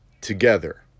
together